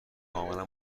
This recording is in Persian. کاملا